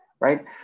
Right